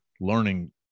learning